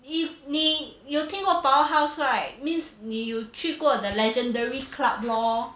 if 你有听过 powerhouse right means 你有去过 the legendary club lor